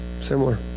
similar